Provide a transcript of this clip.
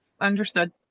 Understood